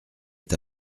est